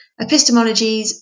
epistemologies